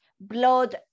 blood